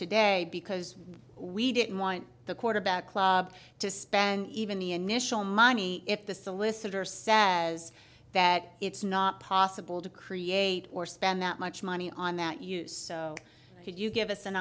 today because we didn't want the quarterback club to spend even the initial money if the solicitor sad as that it's not possible to create or spend that much money on that use so could you give us an